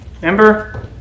remember